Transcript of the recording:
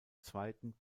zweiten